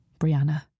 Brianna